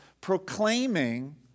proclaiming